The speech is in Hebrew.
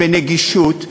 בנגישות.